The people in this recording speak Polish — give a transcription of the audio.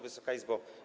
Wysoka Izbo!